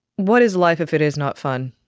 what is life if it is not fun?